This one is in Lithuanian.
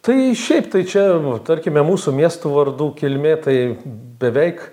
tai šiaip tai čia va tarkime mūsų miestų vardų kilmė tai beveik